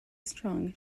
strung